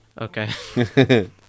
Okay